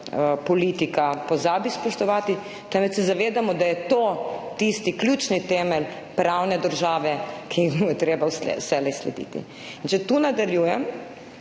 politika pozabi spoštovati, se zavedamo, da je to tisti ključni temelj pravne države, ki mu je treba vselej slediti. Če tu nadaljujem.